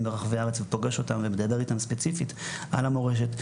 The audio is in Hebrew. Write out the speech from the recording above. ברחבי הארץ ופוגש אותם ומדבר איתם ספציפית על המורשת.